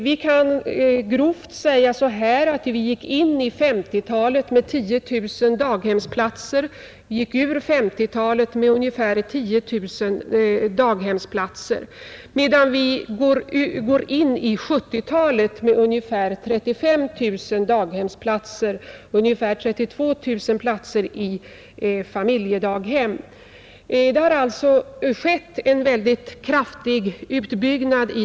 Vi kan grovt säga att vi gick in i 1950-talet med 10 000 daghemsplatser, vi gick ut ur 1950-talet med ungefär 10 000 daghemsplatser, medan vi går in i 1970-talet med ungefär 35 000 daghemsplatser, ungefär 32 000 platser i familjedaghem. Det har alltså skett en mycket kraftig utbyggnad.